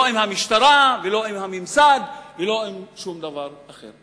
לא עם המשטרה, ולא עם הממסד, ולא עם שום דבר אחר.